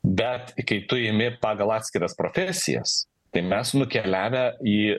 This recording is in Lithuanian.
bet kai tu imi pagal atskiras profesijas tai mes nukeliavę į